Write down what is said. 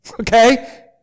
Okay